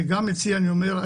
גם אצלי אני אומר,